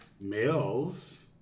males